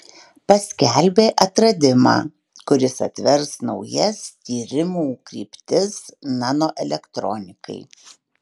paskelbė atradimą kuris atvers naujas tyrimų kryptis nanoelektronikai